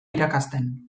irakasten